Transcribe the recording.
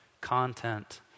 content